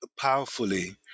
powerfully